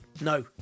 No